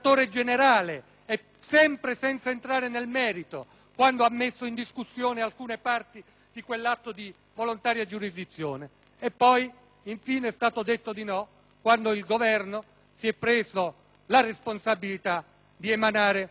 sempre senza entrare nel merito, quando ha messo in discussione alcune parti di quell'atto di volontaria giurisdizione. Infine, è stato detto di no quando il Governo si è preso la responsabilità di emanare un decreto.